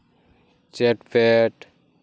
ᱪᱮᱴᱯᱮᱴ